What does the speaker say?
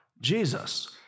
Jesus